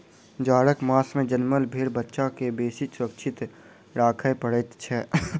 जाड़क मास मे जनमल भेंड़क बच्चा के बेसी सुरक्षित राखय पड़ैत छै